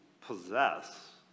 possess